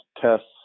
tests